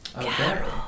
Carol